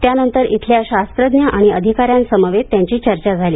त्यानंतर इथल्या शास्त्रज्ञ आणि अधिकाऱ्यांसमवेत त्यांची चर्चा झाली